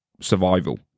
survival